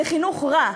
זה חינוך רע,